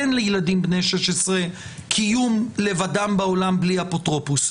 אין לילדים בני 16 קיום לבדם בעולם בלי אפוטרופוס,